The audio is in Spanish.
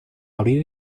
abrir